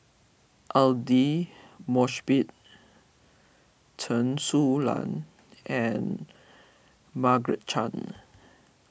Aidli Mosbit Chen Su Lan and Margaret Chan